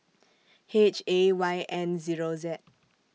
H A Y N Zero Z